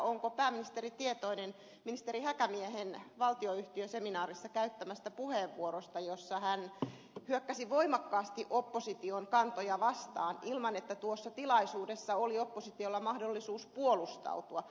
onko pääministeri tietoinen ministeri häkämiehen valtionyhtiöseminaarissa käyttämästä puheenvuorosta jossa hän hyökkäsi voimakkaasti opposition kantoja vastaan ilman että tuossa tilaisuudessa oli oppositiolla mahdollisuus puolustautua